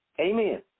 Amen